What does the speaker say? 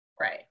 Right